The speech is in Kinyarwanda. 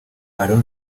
aaron